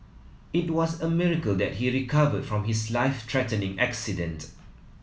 it was a miracle that he recovered from his life threatening accident